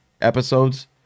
episodes